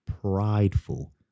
prideful